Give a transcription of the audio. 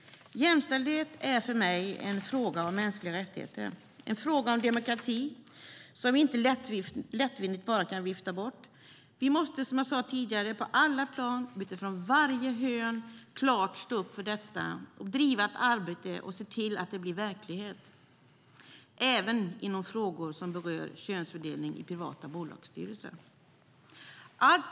Jämställdhet är för mig en fråga om mänskliga rättigheter, en fråga om demokrati som vi inte bara lättvindigt kan vifta bort. Som jag tidigare sagt måste vi på alla plan och utifrån varje hörn klart stå upp för detta, driva ett arbete och se till det här blir verklighet även i frågor som rör könsfördelningen i privata bolagsstyrelser.